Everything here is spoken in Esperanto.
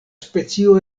specio